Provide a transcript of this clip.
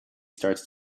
starts